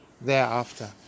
thereafter